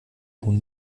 nun